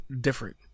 different